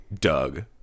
doug